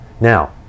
Now